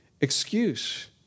excuse